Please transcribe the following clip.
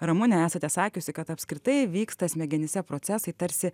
ramune esate sakiusi kad apskritai vyksta smegenyse procesai tarsi